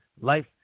Life